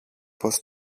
πως